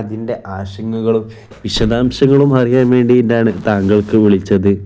അതിൻ്റെ ആശങ്കകളും വിശദാംശങ്ങളും അറിയാൻ വേണ്ടിയിട്ടാണ് താങ്കൾക്ക് വിളിച്ചത്